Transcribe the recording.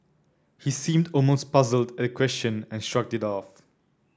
he seemed almost puzzled at the question and shrugged it off